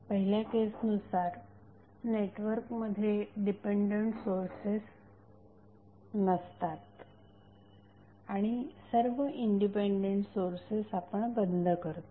पहिल्या केसनुसार नेटवर्कमध्ये डिपेंडंट सोर्सेस नसतात आणि सर्व इंडिपेंडेंट सोर्सेस आपण बंद करतो